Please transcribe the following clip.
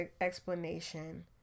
explanation